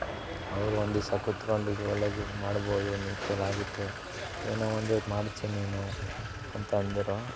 ಅವರು ಒಂದು ದಿವ್ಸ ಕೂತ್ಕೊಂಡು ಇದು ಒಳ್ಳೆಯ ದುಡ್ಡು ಮಾಡ್ಬೋದು ಆಗುತ್ತೆ ಏನೋ ಒಂದು ಮಾಡ್ತೀಯಾ ನೀನು ಅಂತ ಅಂದರು